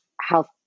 health